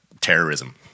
terrorism